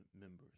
members